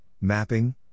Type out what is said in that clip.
mapping